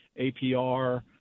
APR